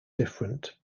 different